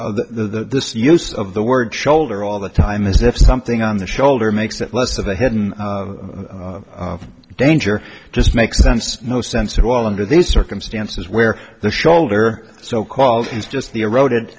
secondly the use of the word shoulder all the time as if something on the shoulder makes it less of a hidden danger just makes sense no sense at all under these circumstances where the shoulder so called is just the eroded